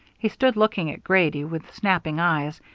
he stood looking at grady with snapping eyes,